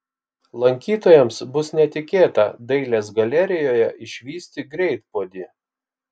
lankytojams bus netikėta dailės galerijoje išvysti greitpuodį